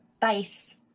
base